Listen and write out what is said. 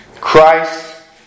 Christ